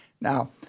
Now